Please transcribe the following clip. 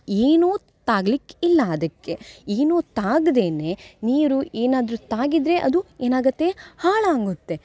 ಏನೂ ತಾಗ್ಲಿಕ್ಕೆ ಇಲ್ಲ ಅದಕ್ಕೆ ಏನೂ ತಾಗ್ದೇ ನೀರು ಏನಾದರೂ ತಾಗಿದರೆ ಅದು ಏನಾಗುತ್ತೆ ಹಾಳಾಗುತ್ತೆ